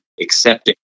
accepting